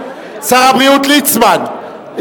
שר הבריאות ליצמן,